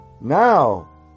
Now